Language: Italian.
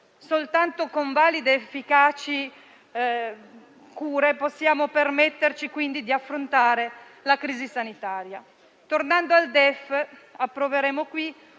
Soltanto con valide ed efficaci cure possiamo permetterci di affrontare la crisi sanitaria. Tornando al DEF, approveremo in